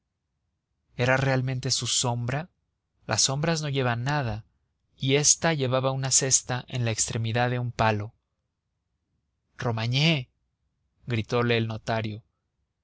era realmente su sombra las sombras no llevan nada y ésta llevaba una cesta en la extremidad de un palo romagné gritole el notario